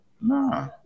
Nah